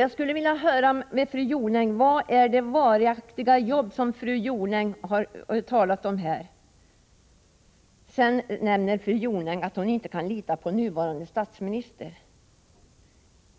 Jag skulle vilja höra med fru Jonäng var de varaktiga jobb finns som hon här har talat om. Fru Jonäng nämnde att hon inte kan lita på nuvarande statsminister.